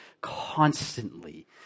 constantly